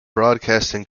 broadcasting